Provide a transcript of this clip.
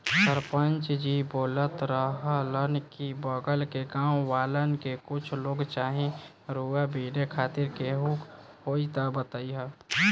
सरपंच जी बोलत रहलन की बगल के गाँव वालन के कुछ लोग चाही रुआ बिने खातिर केहू होइ त बतईह